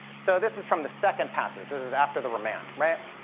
so this is from the second passage. this is after the remand, right?